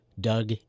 Doug